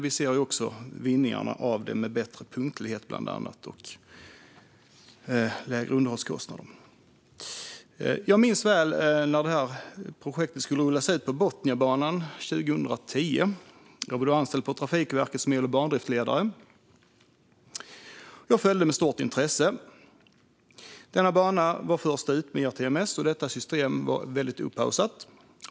Vi ser dock vinsterna av det med bland annat bättre punktlighet och lägre underhållskostnad. Jag minns väl när detta projekt rullades ut på Botniabanan 2010. Jag var då anställd på Trafikverket som el och bandriftledare, och jag följde det med stort intresse. Denna bana var först ut med ERTMS, och detta system var väldigt upphaussat.